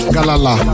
Galala